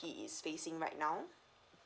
he is facing right now